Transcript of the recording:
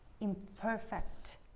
imperfect